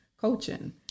coaching